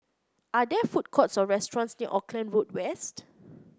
are there food courts or restaurants near Auckland Road West